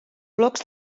blocs